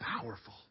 powerful